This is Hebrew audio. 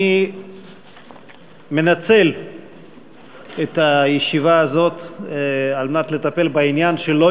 אני מנצל את הישיבה הזאת על מנת לטפל בעניין שלא